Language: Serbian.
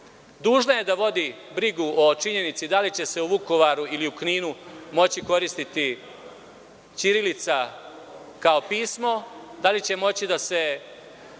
dužna je da vodi brigu o činjenici da li će se u Vukovaru ili Kninu moći koristiti ćirilica kao pismo, da li će moći deca